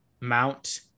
mount